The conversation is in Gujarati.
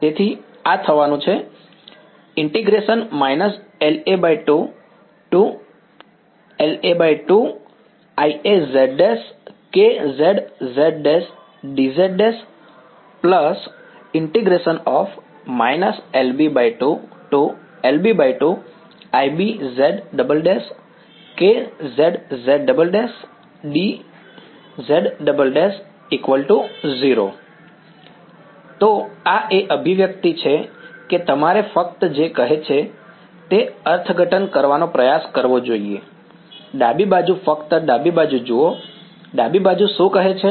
તેથી આ થવાનું છે તો આ એ અભિવ્યક્તિ છે કે તમારે ફક્ત જે કહે છે તે અર્થઘટન કરવાનો પ્રયાસ કરવો જોઈએ ડાબી બાજુ ફક્ત ડાબી બાજુ જુઓ ડાબી બાજુ શું કહે છે